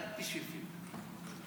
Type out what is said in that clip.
רק בשביל פילבר.